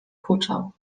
huczał